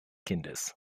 kindes